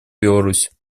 беларусь